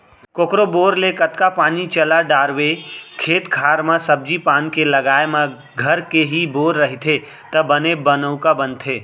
कोकरो बोर ले कतका पानी चला डारवे खेत खार म सब्जी पान के लगाए म घर के ही बोर रहिथे त बने बनउका बनथे